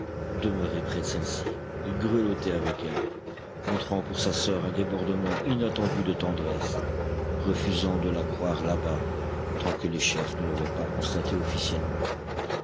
demeuré près de celle-ci il grelottait avec elle montrant pour sa soeur un débordement inattendu de tendresse refusant de la croire là-bas tant que les chefs ne l'auraient pas constaté officiellement